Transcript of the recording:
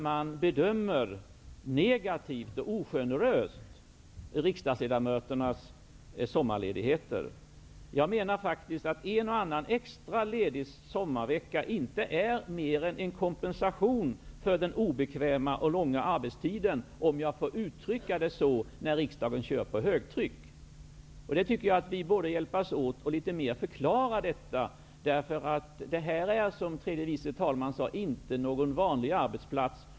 Man bedömer negativt och ogeneröst riksdagsledamöternas sommarledigheter. Jag menar faktiskt att en och annan extra ledig sommarvecka inte är mer än kompensation för den obekväma och långa arbetstiden -- om jag får uttrycka det så -- när riksdagen kör för högtryck. Jag tycker att vi borde hjälpas åt och litet mera förklara detta. Som tredje vice talmannen sade är riksdagen inte någon vanlig arbetsplats.